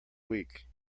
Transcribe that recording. week